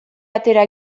atera